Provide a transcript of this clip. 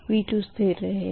V2 स्थिर रहेगा